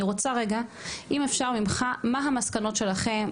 אני רוצה רגע אם אפשר ממך מה המסקנות שלכם?